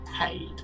paid